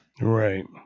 Right